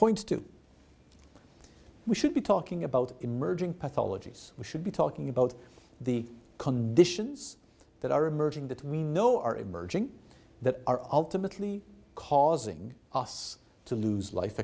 points to we should be talking about emerging pathologies we should be talking about the conditions that are emerging that we know are emerging that are ultimately causing us to lose life